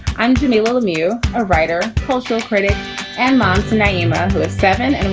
i'm jamilah lemieux, a writer, cultural critic and mom's name seven. and